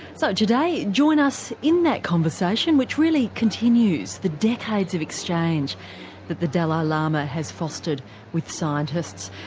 so today join us in that conversation which really continues the decades of exchange that the dalai lama has fostered with scientists.